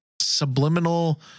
subliminal